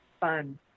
fun